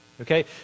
Okay